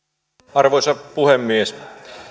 arvoisa puhemies